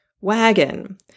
wagon